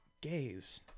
gays